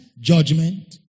judgment